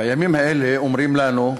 בימים האלה אומרים לנו: